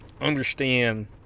understand